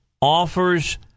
offers